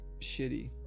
shitty